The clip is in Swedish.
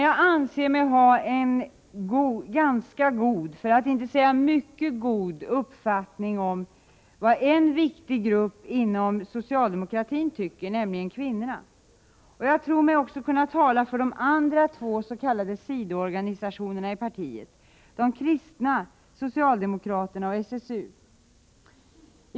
Jag anser mig ha en ganska god -— för att inte säga mycket god - uppfattning om vad en viktig grupp inom socialdemokratin tycker, nämligen kvinnorna. Jag tror mig också kunna tala för de andra två s.k. sidoorganisationerna i partiet — de kristna socialdemokraterna och SSU.